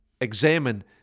examine